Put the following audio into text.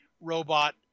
robot